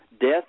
Death